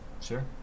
sure